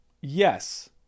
yes